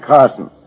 Carson